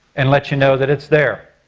and let you know that it's there.